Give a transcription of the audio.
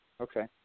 Okay